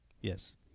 Yes